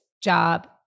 job